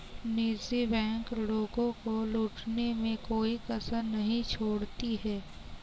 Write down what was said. निजी बैंक लोगों को लूटने में कोई कसर नहीं छोड़ती है